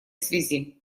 связи